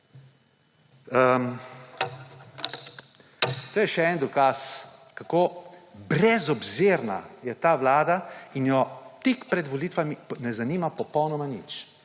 To je še en dokaz, kako brezobzirna je ta vlada in jo tik pred volitvami ne zanima popolnoma nič.